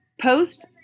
post